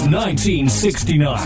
1969